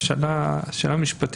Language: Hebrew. השאלה שחבר הכנסת